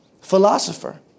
philosopher